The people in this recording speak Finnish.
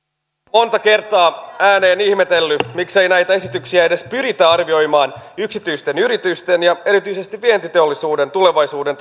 monta kertaa ääneen ihmetellyt miksei näitä esityksiä edes pyritä arvioimaan yksityisten yritysten ja erityisesti vientiteollisuuden tulevaisuuden